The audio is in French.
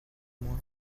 moins